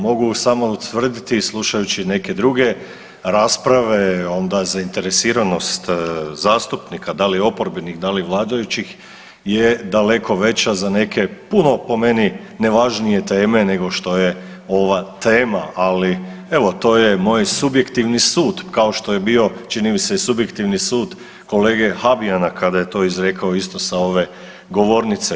Mogu samo utvrditi, slušajući neke druge rasprave, onda zainteresiranost zastupnika, da li oporbenih, da li vladajućih je daleko veća za neke puno, po meni nevažnije teme nego što je ova tema, ali evo, to je moj subjektivni sud, kao što je bio, čini mi se i subjektivni sud kolege Habijana kada je to izrekao sa ove govornice.